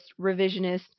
revisionist